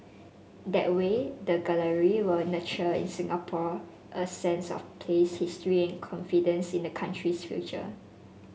that way the gallery will nurture in Singapore a sense of place history and confidence in the country's future